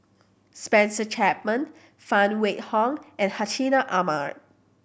Spencer Chapman Phan Wait Hong and Hartinah Ahmad